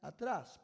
atrás